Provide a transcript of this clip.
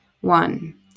One